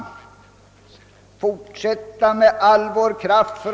Vi får fortsätta att med all vår kraft stärka FN.